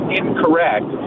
incorrect